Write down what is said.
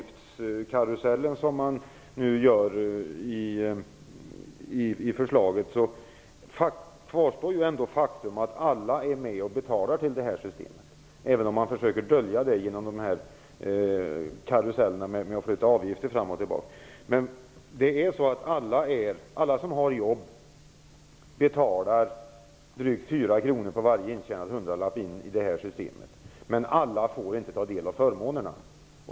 Faktum är att alla är med och betalar till systemet, även om man försöker dölja det genom avgiftskarusellen där man flyttar avgifter fram och tillbaka. Alla som har jobb betalar in drygt 4 kr på varje intjänad hundralapp till systemet, men alla får inte del av förmånerna.